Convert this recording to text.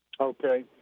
Okay